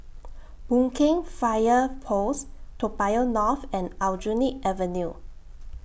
Boon Keng Fire Post Toa Payoh North and Aljunied Avenue